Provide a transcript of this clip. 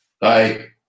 Bye